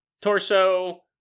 Torso